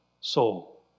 soul